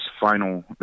final